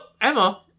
emma